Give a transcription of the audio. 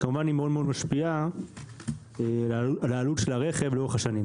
שכמובן משפיעה מאוד על העלות של הרכב לאורך השנים.